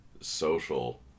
social